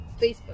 facebook